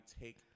take